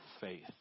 faith